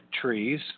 trees